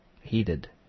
heated